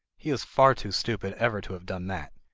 he is far too stupid ever to have done that!